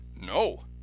No